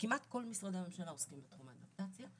וכמעט כל משרדי הממשלה עוסקים בתחום האדפטציה,